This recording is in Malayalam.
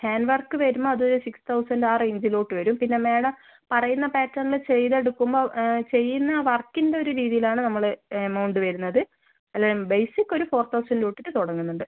ഹാൻഡ് വർക്ക് വരുമ്പോൾ അത് സിക്സ് തൗസൻഡ് ആ റേഞ്ചിലോട്ട് വരും പിന്നെ മാഡം പറയുന്ന പാറ്റേണിൽ ചെയ്തെടുക്കുമ്പോൾ ചെയ്യുന്ന വർക്കിൻറെ ഒരു രീതിയിലാണ് നമ്മൾ എമൗണ്ട് വരുന്നത് അല്ലെ ബേസിക് ഒരു ഫോർ തൗസൻഡ് തൊട്ടിട്ട് തുടങ്ങുന്നുണ്ട്